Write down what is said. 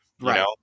Right